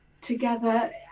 together